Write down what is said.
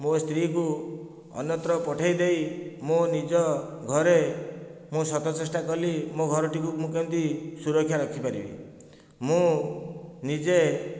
ମୋ ସ୍ତ୍ରୀକୁ ଅନ୍ୟତ୍ର ପଠେଇ ଦେଇ ମୋ ନିଜ ଘରେ ମୋ ସତ ଚେଷ୍ଟା କରିଲି ମୋ' ଘରଟିକୁ ମୁଁ କେମିତି ସୁରକ୍ଷା ରଖିପାରିବି ମୁଁ ନିଜେ